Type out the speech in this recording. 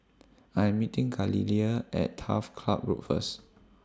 I Am meeting Galilea At Turf Ciub Road First